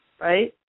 right